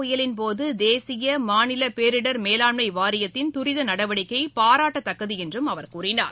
புயலின் போதுதேசிய மாநிலபேரிடர் மேலாண்மைவாரியத்தின் கஜ துரிதநடவடிக்கைபாராட்டத்தக்கதுஎன்றும் அவர் கூறினார்